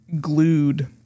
glued